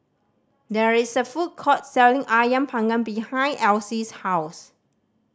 there is a food court selling Ayam Panggang behind Elsie's house